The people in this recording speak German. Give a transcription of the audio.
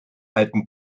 alten